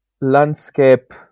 landscape